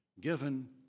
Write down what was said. given